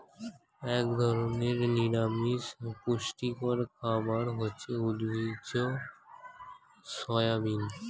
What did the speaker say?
এক ধরনের নিরামিষ পুষ্টিকর খাবার হচ্ছে উদ্ভিজ্জ সয়াবিন